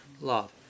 love